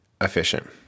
efficient